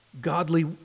godly